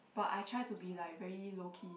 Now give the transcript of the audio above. but I try to be like very low key